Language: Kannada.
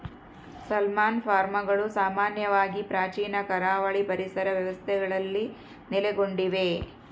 ಸಾಲ್ಮನ್ ಫಾರ್ಮ್ಗಳು ಸಾಮಾನ್ಯವಾಗಿ ಪ್ರಾಚೀನ ಕರಾವಳಿ ಪರಿಸರ ವ್ಯವಸ್ಥೆಗಳಲ್ಲಿ ನೆಲೆಗೊಂಡಿವೆ